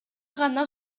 гана